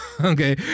okay